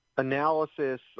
analysis